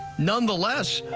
nonetheless,